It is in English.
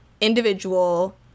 individual